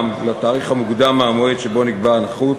לתאריך מוקדם מהמועד שבו נקבעה הנכות.